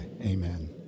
amen